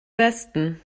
westen